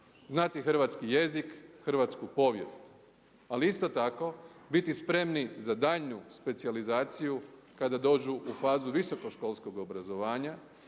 znati hrvatski jezik, hrvatsku povijest, ali isto tako biti spremni za daljnju specijalizaciju kada dođu u fazu visoko školskog obrazovanja,